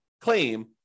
claim